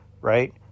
right